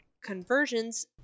conversions